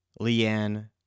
Leanne